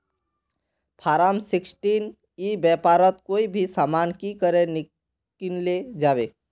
Form sixteen ई व्यापारोत कोई भी सामान की करे किनले जाबे?